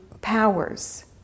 powers